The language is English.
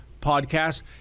Podcast